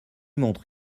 montre